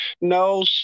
No